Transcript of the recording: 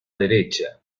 derecha